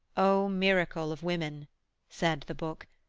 o miracle of women said the book,